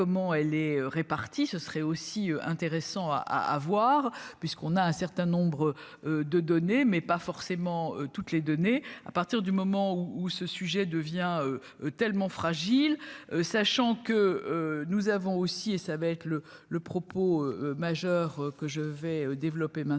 comment elle est répartie, ce serait aussi intéressant à avoir puisqu'on a un certain nombre de données, mais pas forcément toutes les données à partir du moment où ce sujet devient tellement fragile, sachant que nous avons aussi et ça va être le le propos majeur que je vais développer maintenant